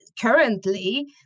Currently